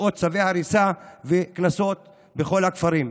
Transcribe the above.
מאות צווי הריסה וקנסות בכל הכפרים.